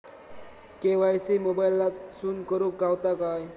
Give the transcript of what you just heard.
KYC मोबाईलातसून करुक गावता काय?